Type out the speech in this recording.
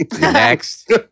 next